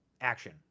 action